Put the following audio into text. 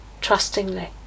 trustingly